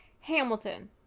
Hamilton